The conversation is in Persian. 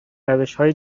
روشهای